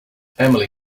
emily